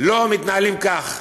לא מתנהלים כך.